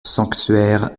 sanctuaire